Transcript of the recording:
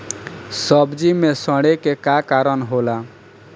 सब्जी में सड़े के का कारण होला?